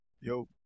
Yo